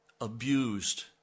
abused